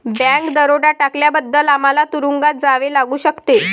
bank दरोडा टाकल्याबद्दल आम्हाला तुरूंगात जावे लागू शकते